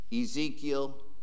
Ezekiel